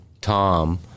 Tom